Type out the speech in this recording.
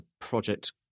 project